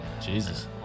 Jesus